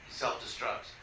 self-destruct